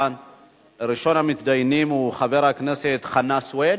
ראשון המתדיינים הוא חבר הכנסת חנא סוייד,